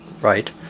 right